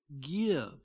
give